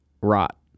rot